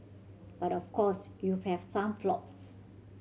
but of course you've had some flops